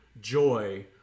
joy